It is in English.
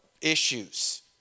issues